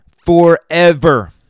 forever